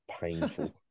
painful